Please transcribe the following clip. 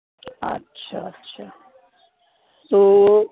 اچھا اچھا تو